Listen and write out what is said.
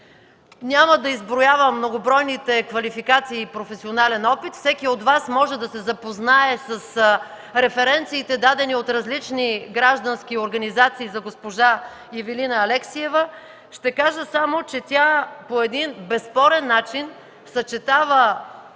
Няма да изброявам многобройните квалификации и професионален опит. Всеки от Вас може да се запознае с референциите, дадени от различни граждански организации за госпожа Ивилина Алексиева. Ще кажа само, че тя по един безспорен начин съчетава